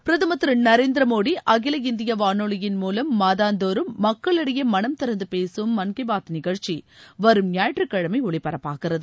பிரதமா் திருநரேந்திரமோடிஅகில இந்தியவானொலியின் மூவம் மாதந்தோறும் மக்களிடையேமனம் திறந்துபேசும் மன் கி பாத் நிகழ்ச்சிவரும் ஞாயிற்றுக்கிழமைஒலிபரப்பாகிறது